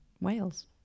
Wales